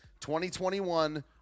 2021